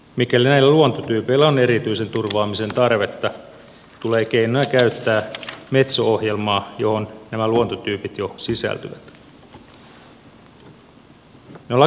mikäli näillä luontotyypeillä on erityisen turvaamisen tarvetta tulee keinoja käyttää metso ohjelmaan johon nämä luontotyypit jo sisältyvät